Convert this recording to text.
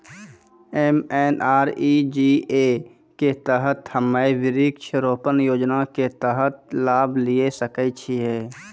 MNREGA के तहत हम्मय वृक्ष रोपण योजना के तहत लाभ लिये सकय छियै?